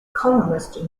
economist